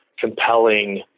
compelling